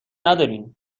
نداریم